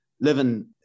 living